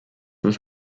was